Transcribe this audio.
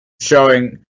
showing